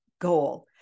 goal